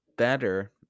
better